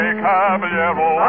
caballero